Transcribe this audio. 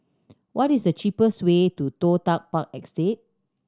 what is the cheapest way to Toh Tuck Park Estate